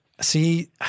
See